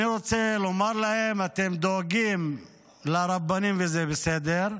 אני רוצה לומר להם: אתם דואגים לרבנים, וזה בסדר.